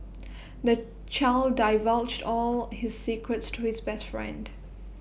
the child divulged all his secrets to his best friend